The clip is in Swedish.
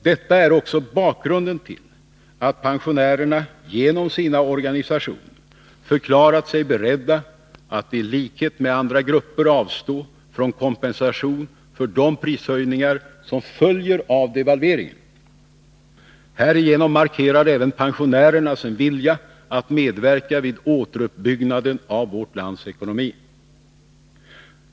Detta är också bakgrunden till att pensionärerna genom sina organisationer har förklarat sig beredda att i likhet med andra grupper avstå från kompensation för de prishöjningar som följer av devalveringen. Härigenom markerar även pensionärerna sin vilja att medverka vid återuppbyggnaden av vårt lands ekonomi.